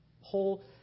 whole